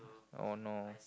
oh no